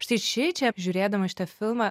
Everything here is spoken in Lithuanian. štai šičia apžiūrėdama šitą filmą